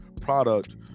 product